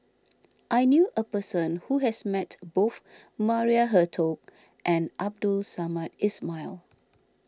I knew a person who has met both Maria Hertogh and Abdul Samad Ismail